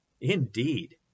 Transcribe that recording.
Indeed